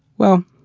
well,